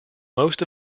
most